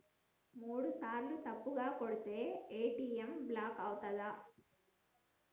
మూడుసార్ల తప్పుగా కొడితే ఏ.టి.ఎమ్ బ్లాక్ ఐతదా?